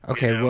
Okay